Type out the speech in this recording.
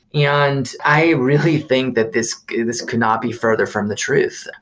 yeah and i really think that this this cannot be further from the truth,